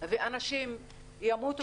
ואנשים ימותו.